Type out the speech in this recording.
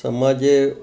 समाजे